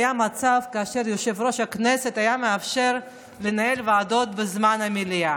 היה מצב שיושב-ראש הכנסת היה מאפשר לנהל ועדות בזמן המליאה.